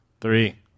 Three